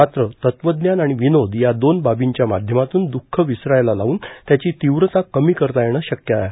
मात्र तत्वज्ञान आणि विनोद या दोन बाबींच्या माध्यमातून दुःख विसरायला लावून त्याची तीव्रता कमी करता येणे शक्य आहे